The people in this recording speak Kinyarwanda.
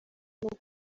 n’uko